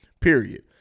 period